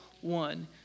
one